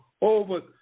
over